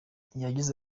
yagize